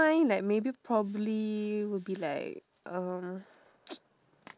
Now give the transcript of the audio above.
mine like maybe probably would be like um